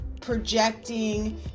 projecting